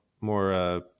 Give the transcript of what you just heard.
more